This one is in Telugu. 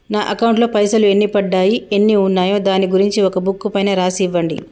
నా అకౌంట్ లో పైసలు ఎన్ని పడ్డాయి ఎన్ని ఉన్నాయో దాని గురించి ఒక బుక్కు పైన రాసి ఇవ్వండి?